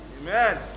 Amen